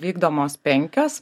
vykdomos penkios